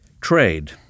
Trade